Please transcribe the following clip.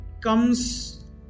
Comes